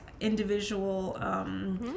individual